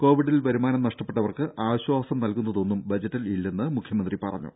കോവിഡിൽ വരുമാനം നഷ്ടപ്പെട്ടവർക്ക് ആശ്വാസം നൽകുന്നതൊന്നും ബജറ്റിൽ ഇല്ലെന്ന് മുഖ്യമന്ത്രി പറഞ്ഞു